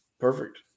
perfect